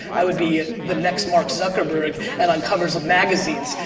i would be the next mark zuckerberg and on covers of magazines.